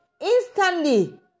Instantly